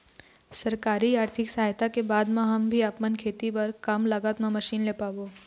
सरकारी आरथिक सहायता के बाद मा हम भी आपमन खेती बार कम लागत मा मशीन ले पाबो?